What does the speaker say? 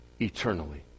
eternally